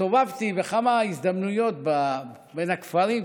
הסתובבתי בכמה הזדמנויות בין הכפרים,